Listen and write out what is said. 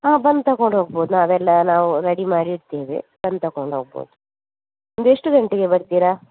ಹಾಂ ಬಂದು ತಗೊಂಡು ಹೋಗ್ಬೋದು ನಾವೆಲ್ಲ ನಾವು ರೆಡಿ ಮಾಡಿ ಇಡ್ತೇವೆ ಬಂದು ತಕೊಂಡು ಹೋಗ್ಬೋದು ಒಂದು ಎಷ್ಟು ಗಂಟೆಗೆ ಬರ್ತೀರ